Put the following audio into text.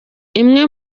imwe